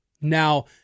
Now